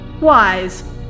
Wise